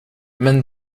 men